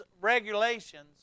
regulations